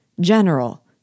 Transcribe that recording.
General